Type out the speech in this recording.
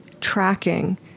tracking